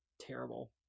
Terrible